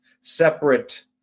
separate